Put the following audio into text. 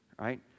Right